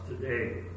today